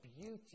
beauty